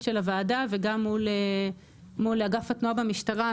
של הוועדה וגם מול אגף התנועה במשטרה,